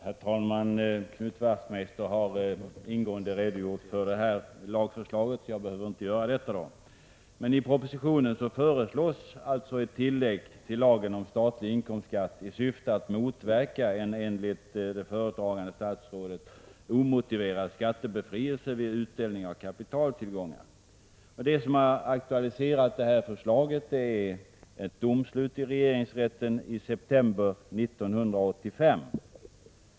Herr talman! Knut Wachtmeister har ingående redogjort för lagförslaget. Jag behöver alltså inte göra det. I propositionen föreslås ett tillägg till lagen om statlig inkomstskatt i syfte att motverka en enligt föredragande statsrådet omotiverad skattebefrielse vid utdelning av kapitaltillgångar. Det som aktualiserat förslaget är en dom i regeringsrätten i september 1985.